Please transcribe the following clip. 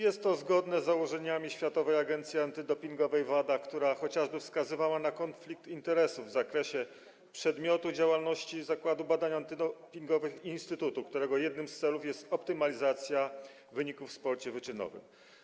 Jest to zgodne z założeniami Światowej Agencji Antydopingowej, WADA, która wskazywała chociażby na konflikt interesów w zakresie przedmiotu działalności Zakładu Badań Antydopingowych i instytutu, którego jednym z celów jest optymalizacja wyników w sporcie wyczynowym.